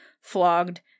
flogged